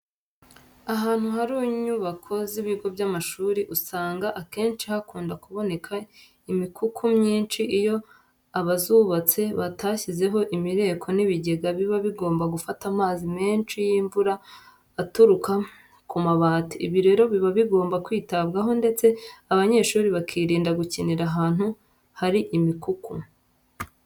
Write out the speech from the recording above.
Ahantu hari unyubako z'ibigo by'amashuri usanga akenshi hakunda kuboneka imikuku myinshi iyo abazubatse batashyizeho imireko n'ibigega biba bigomba gufata amazi menshi y'imvura aturuka ku mabati. Ibi rero biba bigomba kwitabwaho ndetse abanyeshuri bakirinda gukinira ahantu hari imikuku.